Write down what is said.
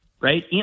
right